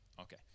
Okay